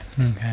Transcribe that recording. okay